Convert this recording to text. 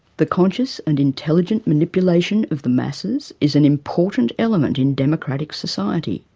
the conscious and intelligent manipulation of the. masses is an important element in democratic society.